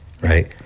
right